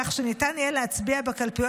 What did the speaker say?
כך שלחיילים ניתן יהיה להצביע בקלפיות